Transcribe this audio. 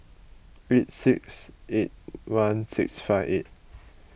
eight six eight one six five eight